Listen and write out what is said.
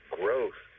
growth